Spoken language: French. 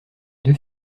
deux